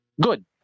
good